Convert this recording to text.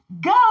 go